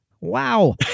Wow